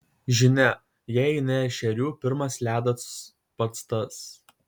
žinia jei eini ešerių pirmas ledas pats tas